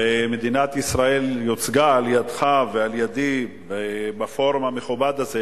ומדינת ישראל יוצגה על-ידיך ועל-ידי בפורום המכובד הזה,